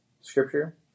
scripture